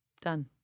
Done